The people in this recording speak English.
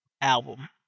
album